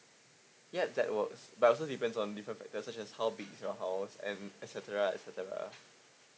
ya that works but also depends on different factors such as how big is your house and etcetera etcetera